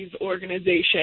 organization